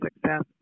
success